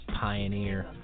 Pioneer